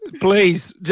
Please